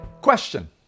Question